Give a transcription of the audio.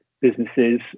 businesses